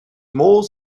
more